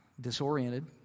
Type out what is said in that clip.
disoriented